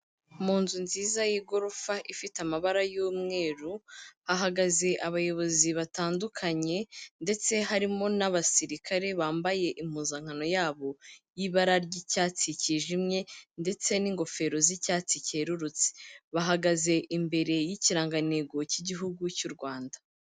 Mu nzu nziza y'igorofa ifite amabara y'umweru, hahagaze abayobozi batandukanye ndetse harimo n'abasirikare bambaye impuzankano yabo y'ibara ry'icyatsi cyijimye ndetse n'ingofero z'icyatsi cyerurutse, bahagaze imbere y'ikirangantego cy'Igihugu cy'u Rwanda.